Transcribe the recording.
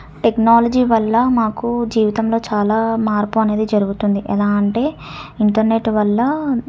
technology వల్ల మాకు జీవితంలో చాలా మార్పు అనేది జరుగుతుంది ఎలా అంటే ఇంటర్నెట్ వల్ల